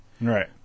Right